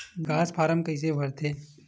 निकास फारम कइसे भरथे?